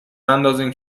نندازین